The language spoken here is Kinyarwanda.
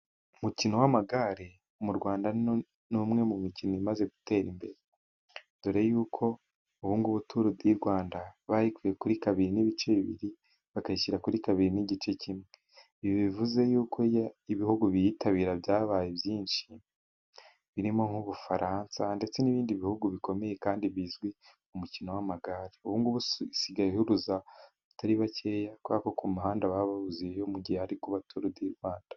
Umukino w'amagare mu Rwanda ,ni umwe mu mikino imaze gutera imbere ,dore ko ubu ngubu turu di Rwanda bayikuye kuri kabiri n'ibice bibiri bakayishyira kuri kabiri n'igice kimwe, ibi bivuze yuko ibihugu biyitabira byabaye byinshi, birimo nk'Ubufaransa ndetse n'ibindi bihugu bikomeye kandi bizwi mu mukino w'amagare ,isigaye ihuruza abatari bakeya ,ku muhanda baba wuzuyeyo mu gihe ari kuba turu di Rwanda.